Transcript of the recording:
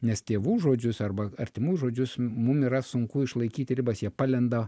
nes tėvų žodžius arba artimųjų žodžius mum yra sunku išlaikyti ribas jie palenda